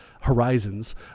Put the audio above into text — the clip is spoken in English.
horizons